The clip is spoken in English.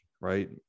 Right